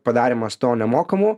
padarymas to nemokamu